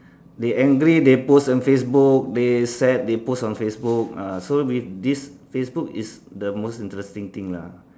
they angry they post on Facebook they sad they post on Facebook ah so with this Facebook is the most interesting thing lah